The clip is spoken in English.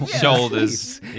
shoulders